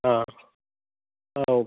ആ ഓ